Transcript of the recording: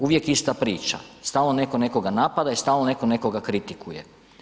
Uvijek ista priča, stalno neko nekoga napada i stalno neko nekoga kritikuje.